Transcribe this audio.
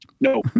No